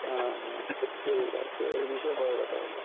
হ্যাঁ হ্যাঁ ঠিক আছে এই বিষয়ে পরে কথা বলছি